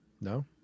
No